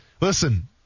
Listen